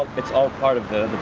it's all part of the